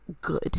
good